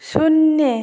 शून्य